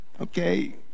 Okay